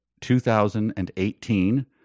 2018